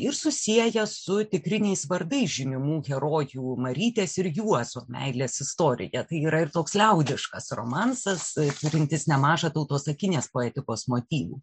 ir susieja su tikriniais vardais žymimų herojų marytės ir juozo meilės istorija tai yra ir toks liaudiškas romansas turintis nemaža tautosakinės poetikos motyvų